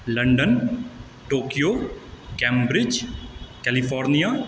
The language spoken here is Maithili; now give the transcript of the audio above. London Tokyo Cambridge California